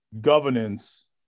governance